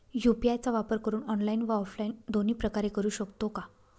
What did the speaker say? UPI चा वापर online व ऑफलाईन दोन्ही प्रकारे करु शकतो का?